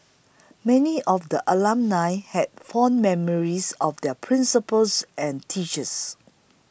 many of the alumnae had fond memories of their principals and teachers